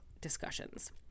discussions